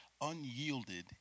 Unyielded